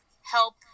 help